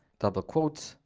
double quotes,